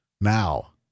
Now